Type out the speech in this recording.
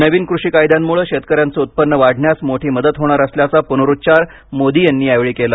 नवीन कृषी कायद्यांमुळे शेतकऱ्यांचं उत्पन्न वाढण्यास मोठी मदत होणार असल्याचा पुनरुच्चार मोदी यांनी यावेळी केला